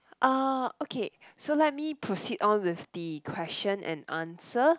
uh okay so let me proceed on with the question and answer